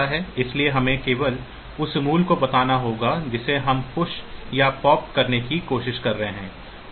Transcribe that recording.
इसलिए हमें केवल उस मूल्य को बताना होगा जिसे हम पुश या पॉप करने की कोशिश कर रहे हैं